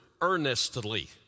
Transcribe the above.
earnestly